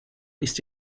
ist